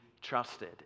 trusted